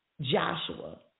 Joshua